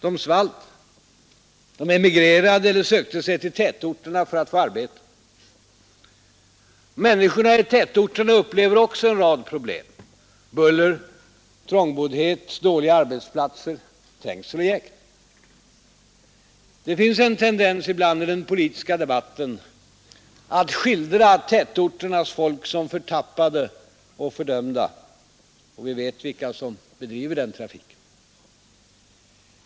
De svalt, de emigrerade eller de sökte sig till tätorterna för att få arbete. Människorna i tätorterna upplever också en rad problem — buller, trångboddhet, dåliga arbetsplatser, trängsel och jäkt. Det finns en tendens ibland i den politiska debatten att skildra tätorternas folk som förtappade och fördömda — och vi vet vilka som bedriver den trafiken.